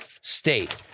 state